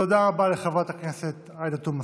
תודה רבה לחברת הכנסת עאידה תומא סלימאן.